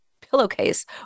pillowcase